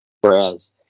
Whereas